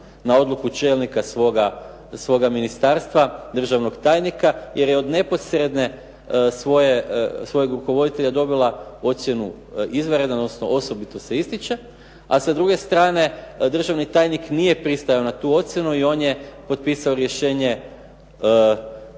na odluku čelnika svoga ministarstva, državnog tajnika, jer je od neposrednog svoga rukovoditelja dobila ocjenu izvanredan, odnosno osobito se ističe, a sa druge strane državni tajnik nije pristajao na tu ocjenu i on je potpisao rješenje